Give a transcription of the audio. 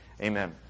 Amen